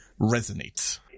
resonates